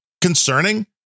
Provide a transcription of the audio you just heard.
concerning